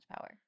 power